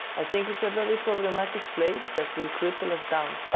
i think it's a very problematic place that will cripple us down.